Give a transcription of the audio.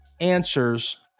answers